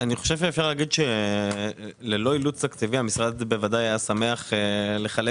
אפשר להגיד שללא אילוץ תקציבי המשרד בוודאי היה שמח לחלק